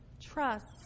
trust